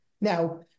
now